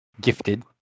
gifted